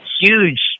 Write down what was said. huge